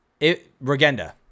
Regenda